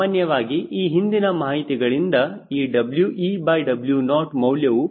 ಸಾಮಾನ್ಯವಾಗಿ ಈ ಹಿಂದಿನ ಮಾಹಿತಿಗಳಿಂದ ಈ WeW0 ಮೌಲ್ಯವು 0